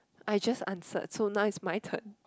I just answered so now it's my turn